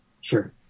sure